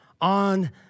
on